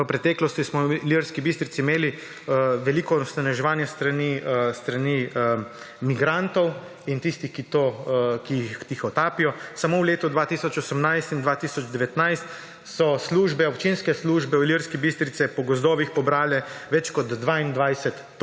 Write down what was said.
v preteklosti smo v Ilirski Bistrici imeli veliko onesnaževanje s strani migrantov in tistih, ki jih tihotapijo. Samo v letu 2018 in 2019 so občinske službe v Ilirski Bistrici po gozdovih pobrale več kot 22 ton